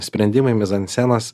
sprendimai mizanscenos